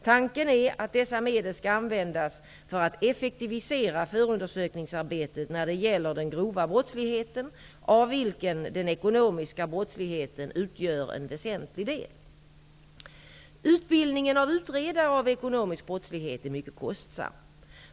Tanken är att dessa medel skall användas för att effektivisera förundersökningsarbetet när det gäller den grova brottsligheten, av vilken den ekonomiska brottsligheten utgör en väsentlig del. Utbildningen av utredare av ekonomisk brottslighet är mycket kostsam.